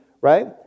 right